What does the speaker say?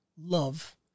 love